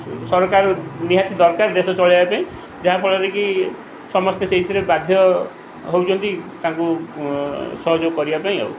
ସରକାର ନିହାତି ଦରକାର ଦେଶ ଚଳାଇବା ପାଇଁ ଯାହା ଫଳରେକି ସମସ୍ତେ ସେଇଥିରେ ବାଧ୍ୟ ହେଉଛନ୍ତି ତାଙ୍କୁ ସହଯୋଗ କରିବା ପାଇଁ ଆଉ